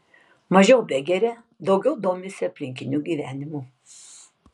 mažiau begeria daugiau domisi aplinkiniu gyvenimu